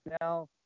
Now